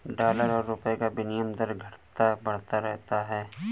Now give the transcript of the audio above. dollar और रूपए का विनियम दर घटता बढ़ता रहता है